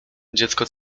dziecko